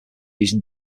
using